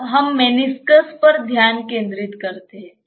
अब हम मेनिस्कस पर ध्यान केंद्रित करते हैं